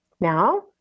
now